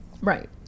right